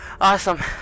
Awesome